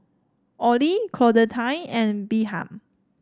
Olie Claudette and Birtha